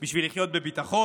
בשביל לחיות בביטחון,